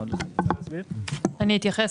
אני אתייחס.